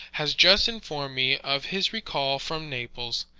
has just informed me of his recall from naples.